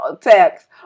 Text